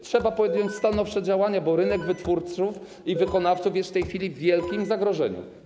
Trzeba podjąć stanowcze działania, bo rynek wytwórców i wykonawców jest w tej chwili w wielkim zagrożeniu.